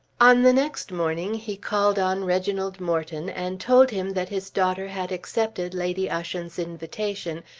on the next morning he called on reginald morton and told him that his daughter had accepted lady ushant's invitation,